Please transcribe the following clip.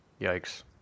Yikes